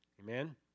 Amen